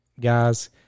guys